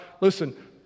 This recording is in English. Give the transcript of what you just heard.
listen